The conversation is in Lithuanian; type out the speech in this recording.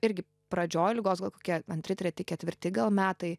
irgi pradžioj ligos gal kokia antri treti ketvirti gal metai